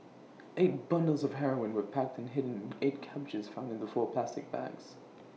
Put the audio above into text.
eight bundles of heroin were packed and hidden in eight cabbages found in the four plastic bags